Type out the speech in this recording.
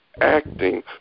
acting